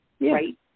right